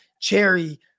cherry